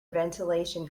ventilation